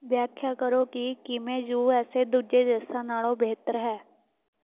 ਵਿਆਖਿਆ ਕਰੋ ਕਿ ਕਿਵੇਂ ਯੂ ਐੱਸ ਏ ਦੂਜੇ ਦੇਸ਼ਾਂ ਨਾਲੋਂ ਬਿਹਤਰ ਹੈ